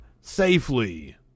safely